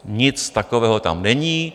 Nic takového tam není.